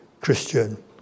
Christian